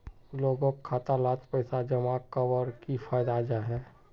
लोगोक खाता डात पैसा जमा कवर की फायदा जाहा?